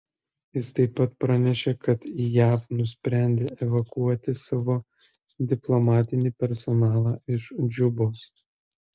jis taip pat pranešė kad jav nusprendė evakuoti savo diplomatinį personalą iš džubos